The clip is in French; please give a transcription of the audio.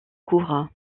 courts